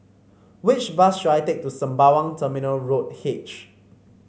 which bus should I take to Sembawang Terminal Road H